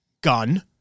gun